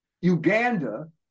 Uganda